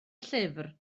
llyfr